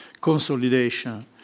consolidation